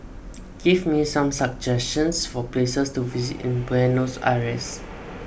give me some suggestions for places to visit in Buenos Aires